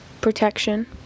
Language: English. protection